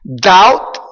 Doubt